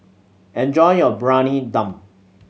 enjoy your Briyani Dum